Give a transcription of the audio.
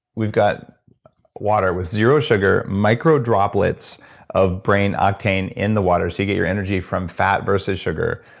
we've got water with zero sugar, micro droplets of brain octane in the water. so you get your energy from fat versus sugar.